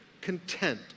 content